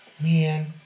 Man